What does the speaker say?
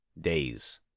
days